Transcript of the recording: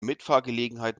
mitfahrgelegenheit